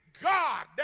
God